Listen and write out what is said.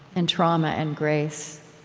and trauma and grace.